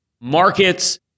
Markets